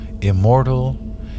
immortal